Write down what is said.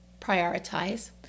prioritize